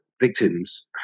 victims